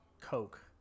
Coke